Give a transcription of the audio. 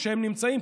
כשהם נמצאים,